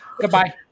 Goodbye